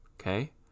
Okay